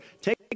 Take